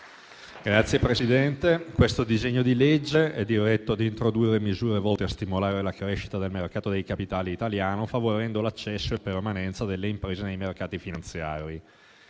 Signor Presidente, questo disegno di legge è diretto a introdurre misure volte a stimolare la crescita del mercato dei capitali italiano, favorendo l'accesso e la permanenza delle imprese nei mercati finanziari.